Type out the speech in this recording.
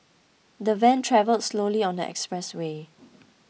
the van travelled slowly on the expressway